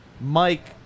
Mike